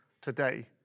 today